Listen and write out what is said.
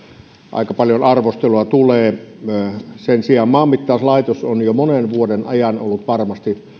aika paljon arvostelua tulee on varmasti maaseutuvirasto sen sijaan maanmittauslaitos on jo monen vuoden ajan ollut varmasti